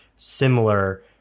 similar